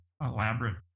elaborate